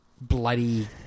bloody